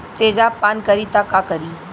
तेजाब पान करी त का करी?